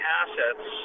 assets